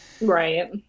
right